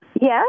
Yes